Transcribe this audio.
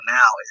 now